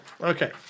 Okay